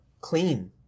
clean